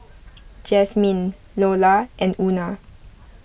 Jasmine Nola and Una